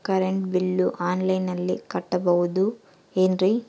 Current bill ಆನ್ಲೈನಿನಲ್ಲಿ ಕಟ್ಟಬಹುದು ಏನ್ರಿ?